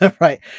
Right